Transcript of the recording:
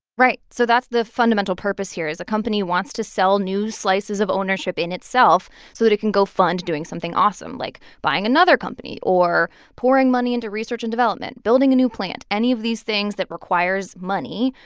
right. so that's the fundamental purpose here is a company wants to sell new slices of ownership in itself so that it can go fund doing something awesome like buying another company or pouring money into research and development, building a new plant any of these things that requires money.